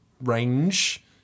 range